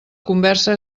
conversa